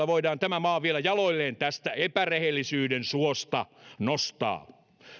voidaan tämä maa vielä jaloilleen tästä epärehellisyyden suosta nostaa